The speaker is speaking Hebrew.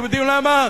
אתם יודעים למה?